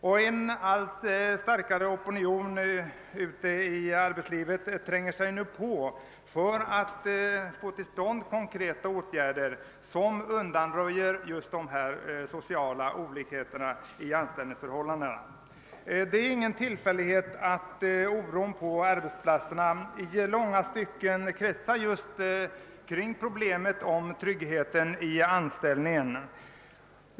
Nu tränger också en allt starkare opinion i arbetslivet på för att få till stånd konkreta åtgärder som kan undanröja olikheterna i de sociala anställningsförmånerna. Det är ingen tillfällighet att oron på arbetsplatserna i stor utsträckning kon centreras kring problemet om trygghet i anställningen.